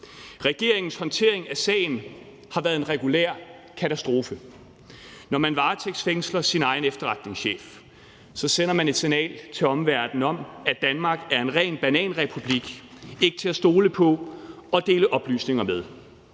Regeringens håndtering af sagen har været en regulær katastrofe. Når man varetægtsfængsler sin egen efterretningschef, sender man et signal til omverdenen om, at Danmark er en ren bananrepublik, der ikke er til at stole på og dele oplysninger med.